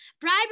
Bribery